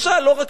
לא רק שלי,